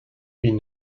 been